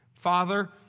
Father